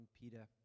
Peter